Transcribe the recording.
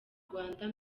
rwanda